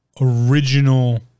original